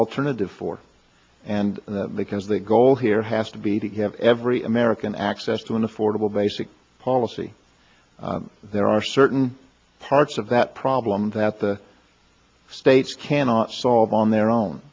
alternative for and because the goal here has to be to give every american access to an affordable basic policy there are certain parts of that problem that the states cannot solve on their own